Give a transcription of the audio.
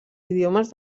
idiomes